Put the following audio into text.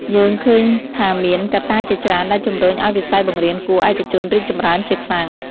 យើងឃើញថាមានកត្តាជាច្រើនដែលជំរុញឲ្យវិស័យបង្រៀនគួរឯកជនរីកចម្រើនជាខ្លាំង។